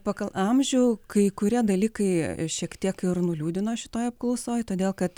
pagal amžių kai kurie dalykai šiek tiek ir nuliūdino šitoj apklausoj todėl kad